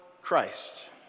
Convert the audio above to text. Christ